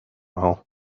know